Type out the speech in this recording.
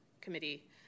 Committee